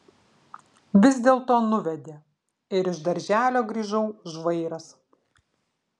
vis dėlto nuvedė ir iš darželio grįžau žvairas